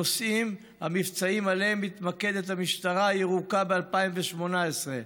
הנושאים המבצעיים שבהם מתמקדת המשטרה הירוקה ב-2018: